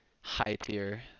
High-tier